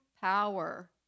power